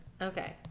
Okay